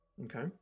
okay